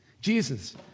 Jesus